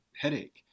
headache